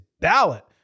ballot